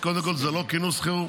אז קודם כול זה לא כינוס חירום.